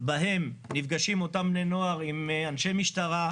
בהם נפגשים אותם בני נוער עם אנשי משטרה,